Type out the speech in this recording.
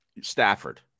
Stafford